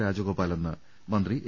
രാജഗോപാൽ എന്ന് മന്ത്രി എ